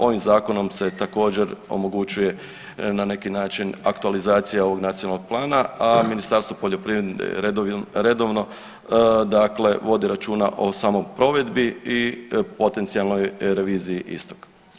Ovim zakonom se također omogućuje na neki način aktualizacija ovog Nacionalnog plana, a Ministarstvo poljoprivrede redovno, dakle vodi računa o samoj provedbi i potencijalnog reviziji istog.